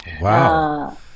Wow